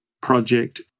project